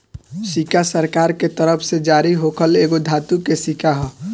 सिक्का सरकार के तरफ से जारी होखल एगो धातु के सिक्का ह